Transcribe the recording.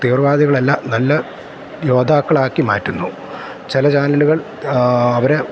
തീവ്രവാദികളല്ല നല്ല യോദ്ധാക്കളാക്കി മാറ്റുന്നു ചില ചാനലുകൾ അവരെ